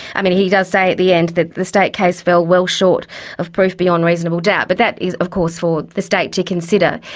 i mean, he does say at the end that the state case fell well short of proof beyond reasonable doubt, but that is of course for the state to consider.